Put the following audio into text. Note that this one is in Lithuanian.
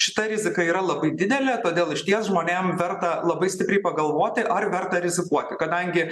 šita rizika yra labai didelė todėl išties žmonėm verta labai stipriai pagalvoti ar verta rizikuoti kadangi